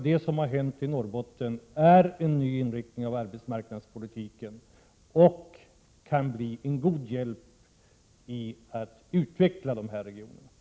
Det som har hänt i Norrbotten innebär ju en ny inriktning av arbetsmarknadspolitiken och kan bli en god hjälp när det gäller att utveckla dessa regioner.